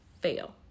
fail